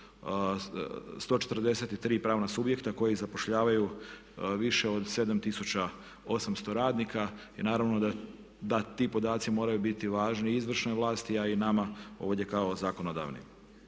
143 pravna subjekta koji zapošljavaju više od 7 800 radnika i naravno da ti podaci moraju biti važni izvršnoj vlasti a i nama kao zakonodavnoj.